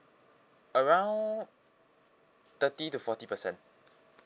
around thirty to forty percent